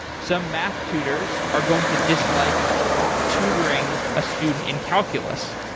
some math tutors are going to dislike tutoring a student in calculus.